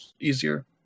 easier